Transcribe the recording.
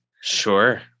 Sure